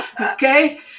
okay